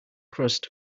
crust